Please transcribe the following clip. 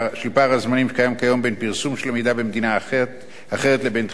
כיום בין הפרסום של המידע במדינה אחרת לבין תחילת ההגנה בישראל.